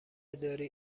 داری